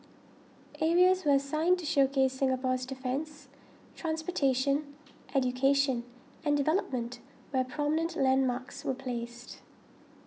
areas was assigned to showcase Singapore's defence transportation education and development where prominent landmarks were placed